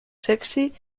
sexy